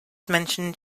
mentioned